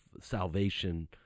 salvation